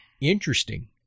interesting